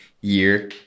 year